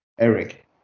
Eric